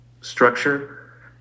structure